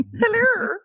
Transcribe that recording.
hello